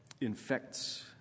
infects